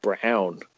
brown